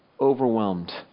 Overwhelmed